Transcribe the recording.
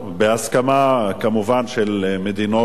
כמובן בהסכמה של מדינות,